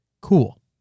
Cool